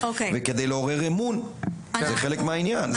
ולעורר אמון זה חלק מהעניין.